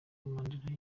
mandela